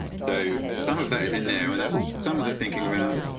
so some of that is in there and that some of the thinking around.